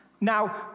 Now